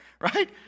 right